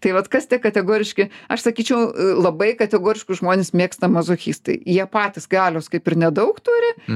tai vat kas tie kategoriški aš sakyčiau labai kategoriškus žmones mėgsta mazochistai jie patys galios kaip ir nedaug